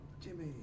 Jimmy